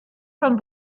von